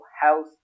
health